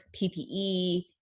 PPE